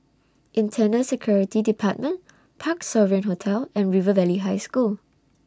Internal Security department Parc Sovereign Hotel and River Valley High School